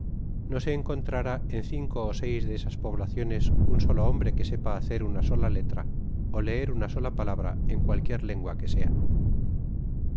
no se encontrará en cinco ó seis de esas poblaciones un solo hombre que sepa hacer una sola letra ó leer una sola palabra en cualquier lengua que sea